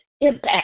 impact